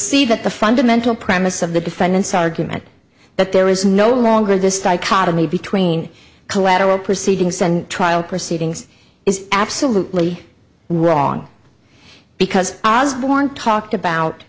see that the fundamental premise of the defendant's argument that there is no longer this dichotomy between collateral proceedings and trial proceedings is absolutely wrong because i was born talked about